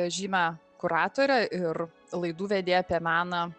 žymią kuratorę ir laidų vedėją apie meną